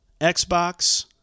Xbox